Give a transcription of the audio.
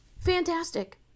Fantastic